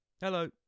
Hello